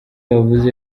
yavuze